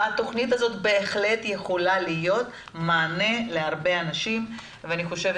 התוכנית הזאת בהחלט יכולה להיות מענה להרבה אנשים ואני חושבת